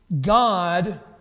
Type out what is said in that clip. God